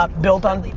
ah built on,